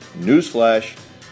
Newsflash